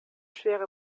schwere